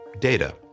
data